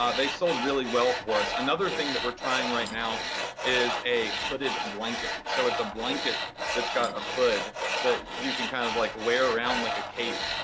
ah they sold really well for us. another thing that we're trying right now is a hooded blanket. so it's a blanket that's got a hood that you can kind of like wear around like a cape.